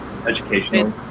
educational